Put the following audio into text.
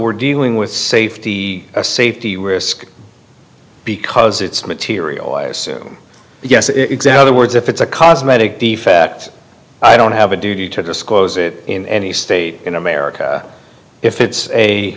we're dealing with safety a safety risk because it's material yes the words if it's a cosmetic defect i don't have a duty to disclose it in any state in america if it's a